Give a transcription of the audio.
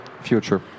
future